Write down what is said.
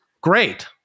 great